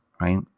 right